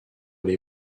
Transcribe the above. les